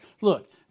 Look